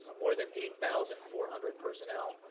more than eight thousand four hundred personnel,